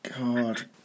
God